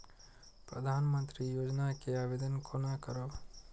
प्रधानमंत्री योजना के आवेदन कोना करब?